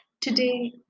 today